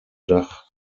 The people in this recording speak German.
dach